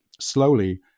slowly